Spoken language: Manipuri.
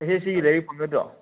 ꯑꯦꯁ ꯑꯦꯁ ꯁꯤꯒꯤ ꯂꯥꯏꯔꯤꯛ ꯐꯪꯒꯗ꯭ꯔꯣ